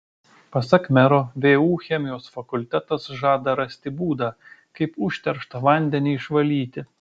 pasak mero vu chemijos fakultetas žada rasti būdą kaip užterštą vandenį išvalyti